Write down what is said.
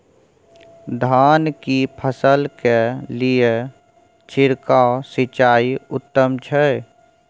धान की फसल के लिये छिरकाव सिंचाई उत्तम छै?